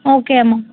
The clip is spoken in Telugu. ఓకే అమ్మ